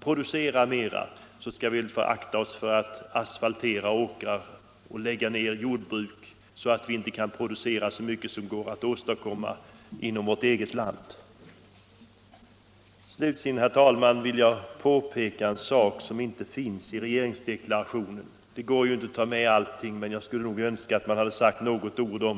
producera mer skall vi akta oss för att asfaltera åkrar och lägga ned jordbruk så att vi inte kan producera vad som går att åstadkomma inom vårt eget land. Slutligen, herr talman, vill jag påpeka en sak som inte finns i regeringsdeklarationen. Det går inte att ta med allting, men jag skulle önska att man sagt något om detta.